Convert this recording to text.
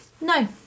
No